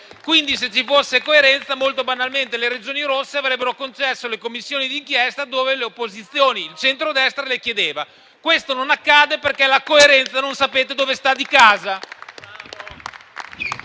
se ci fosse coerenza, molto banalmente le Regioni rosse avrebbero concesso le commissioni d'inchiesta dove le opposizioni di centrodestra le chiedevano. Questo non accade perché la coerenza non sapete dove sta di casa.